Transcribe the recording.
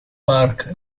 park